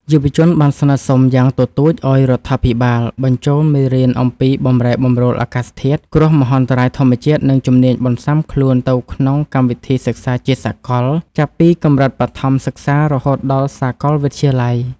យុវជនបានស្នើសុំយ៉ាងទទូចឱ្យរដ្ឋាភិបាលបញ្ចូលមេរៀនអំពីបម្រែបម្រួលអាកាសធាតុ គ្រោះមហន្តរាយធម្មជាតិ និងជំនាញបន្ស៊ាំខ្លួនទៅក្នុងកម្មវិធីសិក្សាជាសកល ចាប់ពីកម្រិតបឋមសិក្សារហូតដល់សាកលវិទ្យាល័យ។